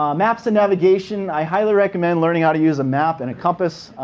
um maps and navigation. i highly recommend learning how to use a map and a compass.